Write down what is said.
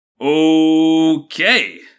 Okay